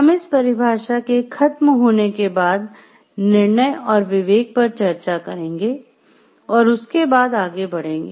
हम इस परिभाषा के खत्म होने के बाद निर्णय और विवेक पर चर्चा करेंगे और उसके बाद आगे बढेंगे